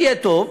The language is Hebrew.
יהיה טוב,